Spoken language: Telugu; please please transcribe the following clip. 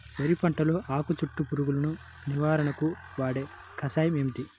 వరి పంటలో ఆకు చుట్టూ పురుగును నివారణకు వాడే కషాయం ఏమిటి?